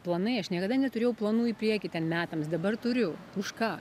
planai aš niekada neturėjau planų į priekį ten metams dabar turiu už ką